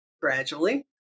gradually